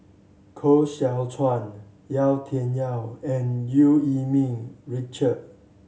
Koh Seow Chuan Yau Tian Yau and Eu Yee Ming Richard